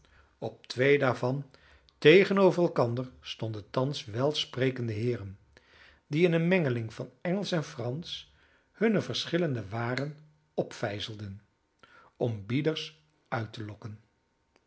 op twee daarvan tegenover elkander stonden thans welsprekende heeren die in een mengeling van engelsch en fransch hunne verschillende waren opvijzelden om bieders uit te lokken